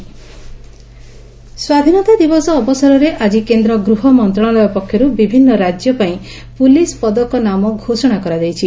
police ପଦକ ସ୍ୱାଧୀନତା ଦିବସ ଅବସରରେ ଆଜି କେନ୍ଦ୍ ଗୂହ ମନ୍ତଣାଳୟ ପକ୍ଷରୁ ବିଭିନ୍ତ ରାଜ୍ୟ ପାଇଁ ପୁଲିସ ପଦକ ନାମ ଘୋଷଣା କରାଯାଇଛି